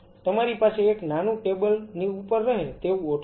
તમારી પાસે એક નાનું ટેબલ ની ઉપર રહે તેવું ઓટોક્લેવ છે